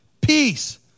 peace